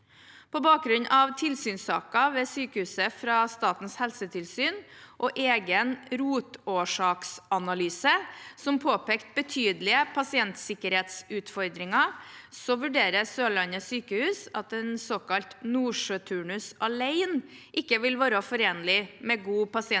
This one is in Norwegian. På bakgrunn av tilsynssaker ved sykehuset fra Statens helsetilsyn og en egen rotårsaksanalyse som påpekte betydelige pasientsikkerhetsutfordringer, vurderer Sørlandet sykehus at en såkalt nordsjøturnus alene ikke vil være forenlig med god pasientsikkerhet